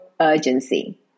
urgency